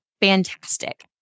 fantastic